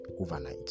overnight